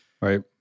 Right